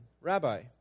Rabbi